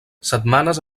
setmanes